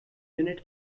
unit